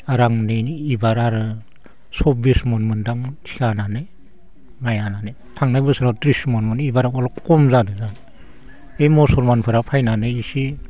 आरो आं नै एबार आरो सब्बिस मन मोन्दों थिखा होनानै माइ हानानै थांनाय बोसराव त्रिस मनमोन एबाराव अलप खम जादों आरो इ मुसालमानफोरा फायनानै इसे